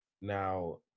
Now